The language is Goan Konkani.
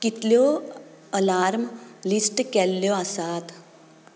कितल्यो अलार्म लिस्ट केल्ल्यो आसात